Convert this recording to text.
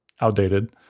outdated